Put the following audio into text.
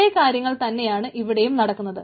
അതേ കാര്യങ്ങൾ തന്നെയാണ് ഇവിടെയും നടക്കുന്നത്